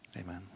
Amen